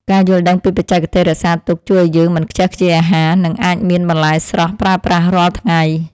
ការយល់ដឹងពីបច្ចេកទេសរក្សាទុកជួយឱ្យយើងមិនខ្ជះខ្ជាយអាហារ និងអាចមានបន្លែស្រស់ប្រើប្រាស់រាល់ថ្ងៃ។